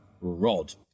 Rod